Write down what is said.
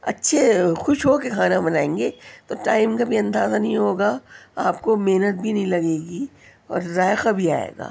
اچھے اور خوش ہوکے کھانا بنائیں گے تو ٹائم کا بھی اندازہ نہیں ہوگا آپ کو محنت بھی نہیں لگے گی اور ذائقہ بھی آئے گا